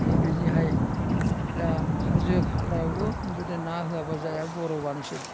बेबायदिहाय दा कार्ज खालायावबो मुथते ना होआबा जाया बरफानोसै